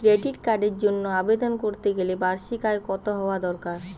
Credit কার্ডের জন্য আবেদন করতে গেলে বার্ষিক আয় কত হওয়া দরকার?